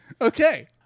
Okay